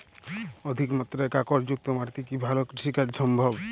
অধিকমাত্রায় কাঁকরযুক্ত মাটিতে কি ভালো কৃষিকাজ সম্ভব?